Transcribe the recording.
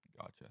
Gotcha